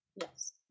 Yes